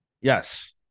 Yes